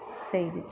செய்தி